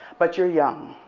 but you're young.